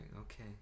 okay